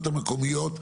לרשויות המקומיות,